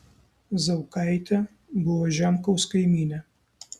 zaukaitė buvo žemkaus kaimynė